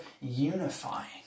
unifying